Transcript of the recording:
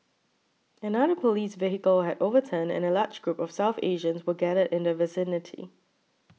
another police vehicle had overturned and a large group of South Asians were gathered in the vicinity